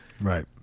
right